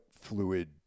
fluid